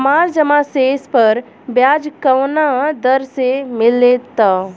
हमार जमा शेष पर ब्याज कवना दर से मिल ता?